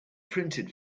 printed